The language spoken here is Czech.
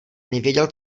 nevěděl